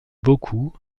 beaucoup